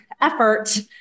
effort